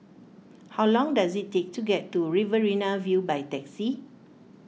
how long does it take to get to Riverina View by taxi